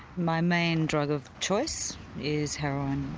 my main drug of choice is heroin.